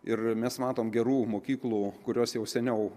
ir mes matome gerų mokyklų kurios jau seniau